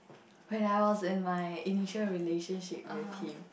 when I was in my initial relationship with him